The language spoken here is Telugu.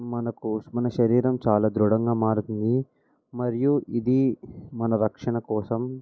మనకు మన శరీరం చాలా దృడంగా మారుతుంది మరియు ఇది మన రక్షణ కోసం